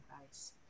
advice